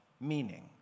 meaning